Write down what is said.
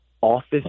office